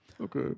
Okay